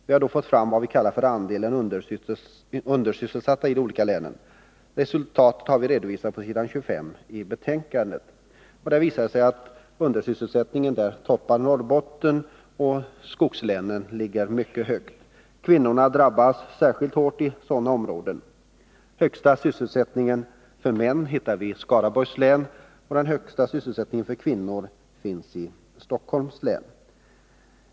Vi har då fått fram vad vi kallar andelen undersysselsatta i de olika länen. Resultatet har vi redovisat på s. 25 i betänkandet. När det gäller undersysselsättningen toppar Norrbotten, och skogslänen ligger mycket högt. Kvinnorna drabbas särskilt hårt i sådana områden. Högsta sysselsättningen för män hittar vi i Skaraborgs län, och den högsta sysselsättningen för kvinnor finns i Stockholms län.